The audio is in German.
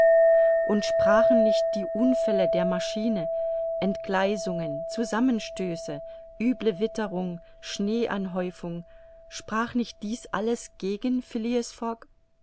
und sprachen nicht die unfälle der maschine entgleisungen zusammenstöße üble witterung schneeanhäufung sprach nicht dies alles gegen